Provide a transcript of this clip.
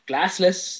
Classless